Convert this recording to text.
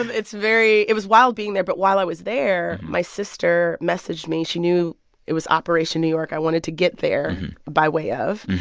um it's very it was wild being there. but while i was there, my sister messaged me. she knew it was operation new york. i wanted to get there by way of.